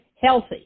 healthy